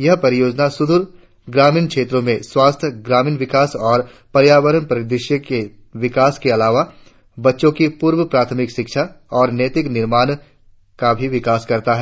यह परियोजना सुद्रर ग्रामीण क्षेत्रो में स्वास्थ्य ग्रामीण विकास और पर्यावरण परिदृष्य के विकास के अलावा बच्चो की पूर्व प्राथमिक शिक्षा और नैतिक निर्माण का भी विकास करता है